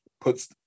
puts